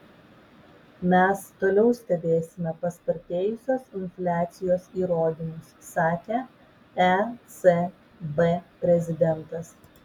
mes toliau stebėsime paspartėjusios infliacijos įrodymus sakė ecb prezidentas